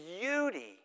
beauty